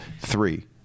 Three